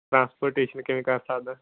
transportation ਕਿਵੇਂ ਕਰ ਸਕਦਾਂ